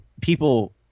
people